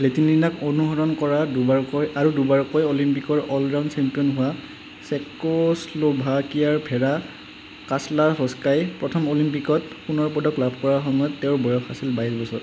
লেটিনিনাক অনুসৰণ কৰা দুবাৰকৈ আৰু দুবাৰকৈ অলিম্পিকৰ অল ৰাউণ্ড চেম্পিয়ন হোৱা চেক'স্লোভাকিয়াৰ ভেৰা কাস্লাভস্কাই প্ৰথম অলিম্পিকত সোণৰ পদক লাভ কৰাৰ সময়ত তেওঁৰ বয়স আছিল বাইছ বছৰ